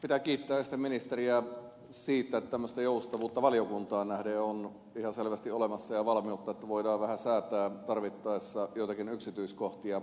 pitää kiittää ensin ministeriä siitä että tämmöistä joustavuutta valiokuntaan nähden on ihan selvästi olemassa ja valmiutta että voidaan vähän säätää tarvittaessa joitakin yksityiskohtia